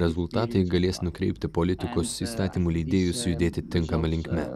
rezultatai galės nukreipti politikus įstatymų leidėjus judėti tinkama linkme